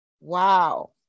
Wow